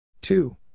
two